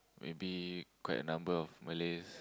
maybe quite a number of Malays